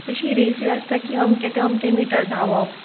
अशी रेसी आसता की अमके ते अमके मिटर धांवप